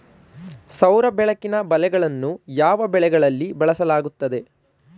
ಸೌರ ಬೆಳಕಿನ ಬಲೆಗಳನ್ನು ಯಾವ ಬೆಳೆಗಳಲ್ಲಿ ಬಳಸಲಾಗುತ್ತದೆ?